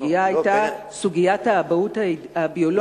הסוגיה היתה סוגיית האבהות הביולוגית,